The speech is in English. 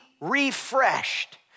refreshed